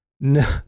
No